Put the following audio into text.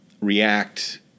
react